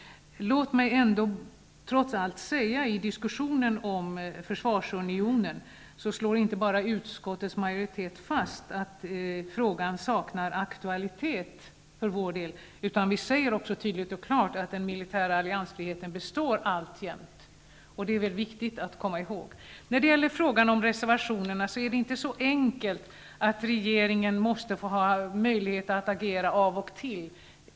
Låt mig ändå i diskussionen om försvarsunionen säga att utskottets majoritet inte bara slår fast att frågan saknar aktualitet för vår del, utan vi säger också tydligt och klart att den militära alliansfriheten består alltjämt. Det är mycket viktigt att komma ihåg. När det gäller frågan om reservationerna är det inte så enkelt att regeringen måste ha möjlighet att agera av och till.